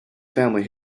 family